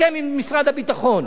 הסכם עם משרד הביטחון.